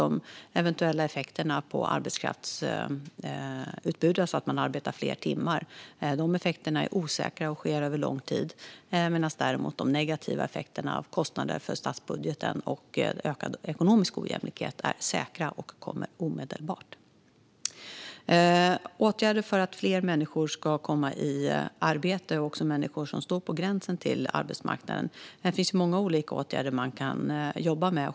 De eventuella effekterna på arbetskraftsutbudet i form av fler arbetade timmar är nämligen osäkra och sker över lång tid, medan de negativa effekterna av kostnader för statsbudgeten och ökad ekonomisk ojämlikhet däremot är säkra och kommer omedelbart. När det gäller att fler människor som står på gränsen till arbetsmarknaden ska komma i arbete finns det många olika åtgärder som man kan jobba med.